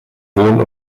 wohn